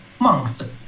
monks